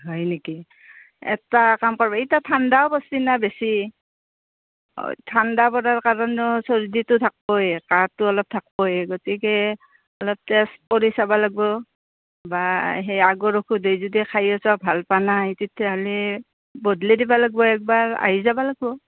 হয় নেকি এটা কাম কৰ এতিয়া ঠাণ্ডাও পৰিছে নহ্ বেছি ঠাণ্ডা পৰাৰ কাৰণেও চৰ্দিটো থাকিবই কাঁহটো অলপ থাকিবই গতিকে অলপ টেষ্ট কৰি চাব লাগিব বা সেই আগৰ ঔষধেই যদি খাই আছ ভাল পোৱা নাই তেতিয়াহ'লে বদলি দিব লাগিব একবাৰ আহি যাব লাগিব